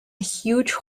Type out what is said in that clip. huge